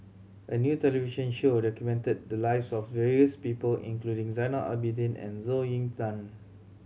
a new television show documented the lives of various people including Zainal Abidin and Zhou Ying Nan